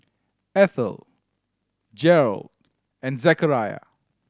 Eathel Gearld and Zechariah